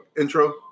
intro